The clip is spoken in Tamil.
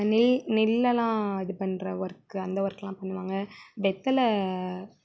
நெல் நெல்லெல்லாம் இது பண்ணுற ஒர்க்கு அந்த ஒர்க்கெல்லாம் பண்ணுவாங்க வெற்றில